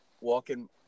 walking